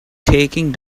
taking